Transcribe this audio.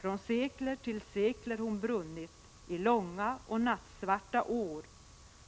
Från sekler till sekler hon brunnit i långa och nattsvarta år,